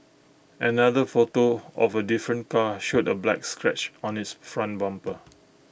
another photo of A different car showed A black scratch on its front bumper